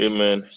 Amen